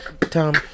Tom